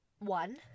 one